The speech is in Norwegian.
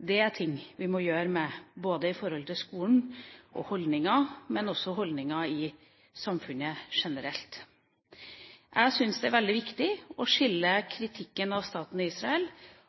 Det er holdninger vi må gjøre noe med i forhold til både skolen og samfunnet generelt. Jeg syns det er veldig viktig å skille mellom kritikken av staten Israel